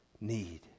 need